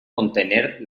contener